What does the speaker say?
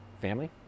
family